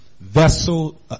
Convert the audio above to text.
vessel